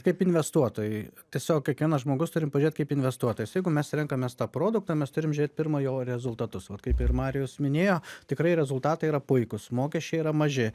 kaip investuotojui tiesiog kiekvienas žmogus turim pažiūrėt kaip investuotojas jeigu mes renkamės tą produktą mes turim žiūrėt pirma jo rezultatus vat kaip ir marijus minėjo tikrai rezultatai yra puikūs mokesčiai yra maži